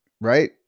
right